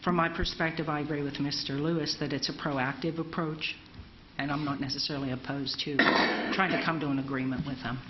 from my perspective i agree with mr lewis that it's a proactive approach and i'm not necessarily opposed to trying to come to an agreement with